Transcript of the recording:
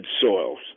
soils